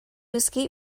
escape